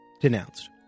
denounced